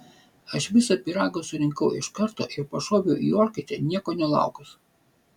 aš visą pyragą surinkau iš karto ir pašoviau į orkaitę nieko nelaukus